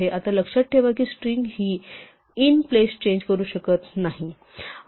आत्ता लक्षात ठेवा की स्ट्रिंग हि इन प्लेस चेंज होऊ शकत नाहीत